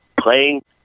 playing